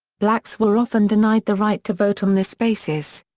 blacks were often denied the right to vote on this basis.